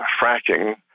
fracking